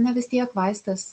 na ne vis tiek vaistas